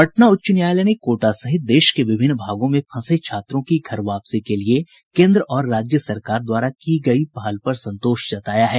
पटना उच्च न्यायालय ने कोटा सहित देश के विभिन्न भागों में फंसे छात्रों की घर वापसी के लिए केन्द्र और राज्य सरकार द्वारा की गयी पहल पर संतोष जताया है